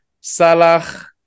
Salah